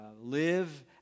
live